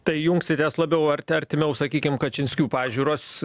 tai jungsitės labiau arti artimiau sakykim kačinskių pažiūros